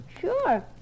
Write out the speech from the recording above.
Sure